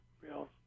real